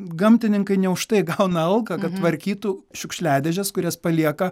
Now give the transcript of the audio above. gamtininkai ne už tai gauna algą kad tvarkytų šiukšliadėžes kurias palieka